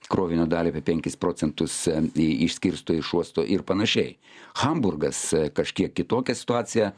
krovinio dalį apie penkis procentus į išskirsto iš uostų ir panašiai hamburgas kažkiek kitokia situacija